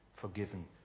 forgiven